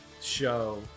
show